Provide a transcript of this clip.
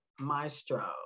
maestro